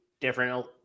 different